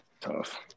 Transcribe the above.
tough